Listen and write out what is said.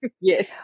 yes